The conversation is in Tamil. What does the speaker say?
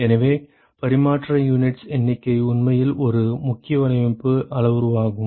எனவே பரிமாற்ற யூனிட்ஸ் எண்ணிக்கை உண்மையில் ஒரு முக்கியமான வடிவமைப்பு அளவுருவாகும்